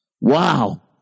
Wow